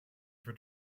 for